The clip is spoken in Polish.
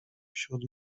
wśród